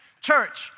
Church